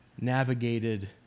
navigated